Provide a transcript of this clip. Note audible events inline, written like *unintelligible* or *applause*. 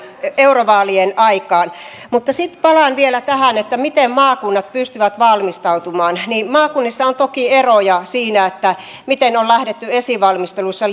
eurovaalien aikaan mutta sitten palaan vielä tähän että miten maakunnat pystyvät valmistautumaan maakunnissa on toki eroja siinä miten on lähdetty esivalmisteluissa *unintelligible*